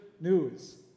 news